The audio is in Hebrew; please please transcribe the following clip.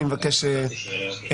אני מבקש לשמוע.